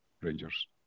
Rangers